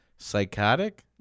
psychotic